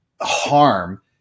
harm